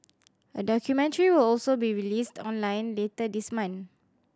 a documentary will also be released online later this month